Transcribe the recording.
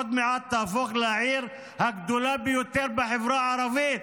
עוד מעט תהפוך לעיר הגדולה ביותר בחברה הערבית,